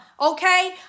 Okay